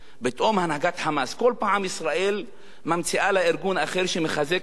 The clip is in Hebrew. פתאום הנהגת "חמאס" כל פעם ישראל ממציאה לה ארגון אחר שהיא מחזקת אותו,